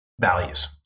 values